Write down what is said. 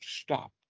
stop